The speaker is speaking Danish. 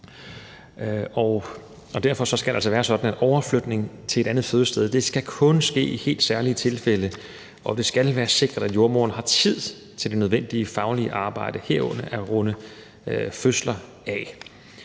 Derfor skal det altså være sådan, at overflytning til et andet fødested kun skal ske i helt særlige tilfælde, og det skal være sikkert, at jordemoderen har tid til det nødvendige faglige arbejde, herunder at runde fødsler af.